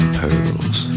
pearls